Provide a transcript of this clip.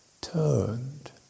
turned